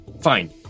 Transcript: fine